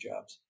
jobs